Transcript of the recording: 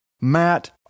Matt